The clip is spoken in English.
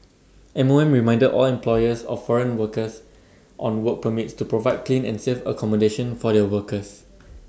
M O M reminded all employers of foreign workers on work permits to provide clean and safe accommodation for their workers